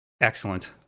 Excellent